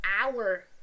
hour